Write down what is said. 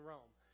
Rome